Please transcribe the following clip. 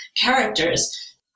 characters